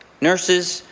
nurses,